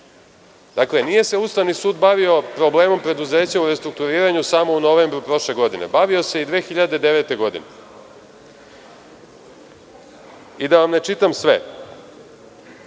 Nije se Ustavni sud bavio problemom preduzeća u restrukturiranju samo u novembru prošle godine. Bavio se i 2009. godine. Da vam ne čitam sve.U